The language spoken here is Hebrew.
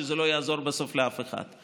שזה לא יעזור בסוף לאף אחד.